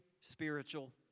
spiritual